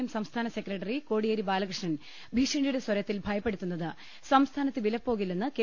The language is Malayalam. എം സംസ്ഥാന സെക്രട്ടറി കോടിയേരി ബാലകൃഷ്ണൻ ഭീഷണിയുടെ സ്വരത്തിൽ ഭയപ്പെടുത്തുന്നത് സംസ്ഥാനത്ത് വിലപ്പോകില്ലെന്ന് കെ